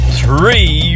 three